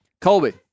colby